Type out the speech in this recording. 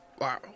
Wow